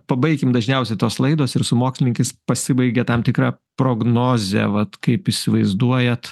pabaikim dažniausia tos laidos ir su mokslininkais pasibaigia tam tikra prognoze vat kaip įsivaizduojat